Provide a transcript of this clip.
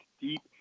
deep